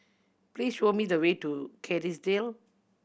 please show me the way to Kerrisdale